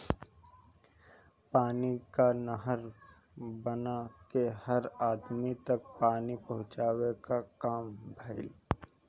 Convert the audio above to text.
पानी कअ नहर बना के हर अदमी तक पानी पहुंचावे कअ काम भइल